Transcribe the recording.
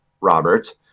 Robert